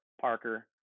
parker